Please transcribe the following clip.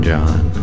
John